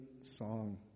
song